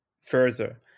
further